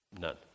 None